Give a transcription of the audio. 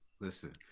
Listen